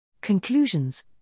Conclusions